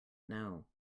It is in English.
know